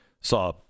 saw